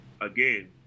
Again